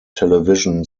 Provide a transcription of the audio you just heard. television